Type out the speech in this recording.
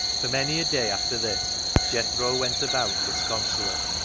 for many a day after this jethro went about disconsolate.